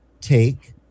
take